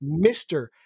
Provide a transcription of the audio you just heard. Mr